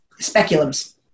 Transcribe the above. Speculums